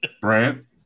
Brant